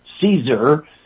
Caesar